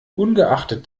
ungeachtet